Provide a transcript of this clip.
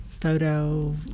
Photo